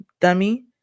dummy